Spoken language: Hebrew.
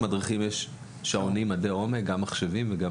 למדריכים יש שעונים עם מדדי עומק גם מחשבים וגם